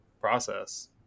process